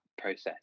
process